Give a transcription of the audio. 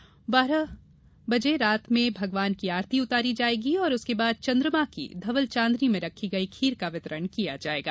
रात बारह बजे भगवान की आरती उतारी जायेगी उसके बाद चंद्रमा की धवल चांदनी में रखी गई खीर का वितरण किया जायेगा